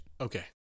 Okay